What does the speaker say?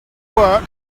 work